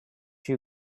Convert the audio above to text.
you